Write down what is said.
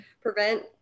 prevent